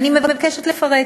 ואני מבקשת לפרט: